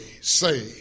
say